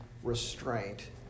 restraint